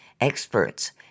Experts